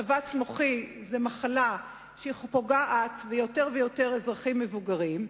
שבץ מוחי הוא מחלה שפוגעת ביותר ויותר אזרחים מבוגרים,